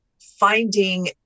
finding